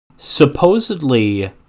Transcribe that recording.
supposedly